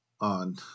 on